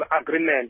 agreement